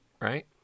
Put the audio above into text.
right